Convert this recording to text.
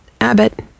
Abbott